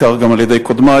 שהוזכר גם על-ידי קודמַי,